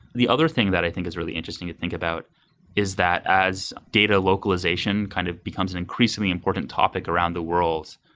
the other thing that i think is really interesting to think about is that as data localization kind of becomes an increasingly important topic around the world,